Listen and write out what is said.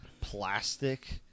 plastic